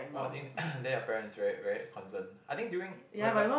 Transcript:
!wah! I think then your parents is very very concerned I think during when when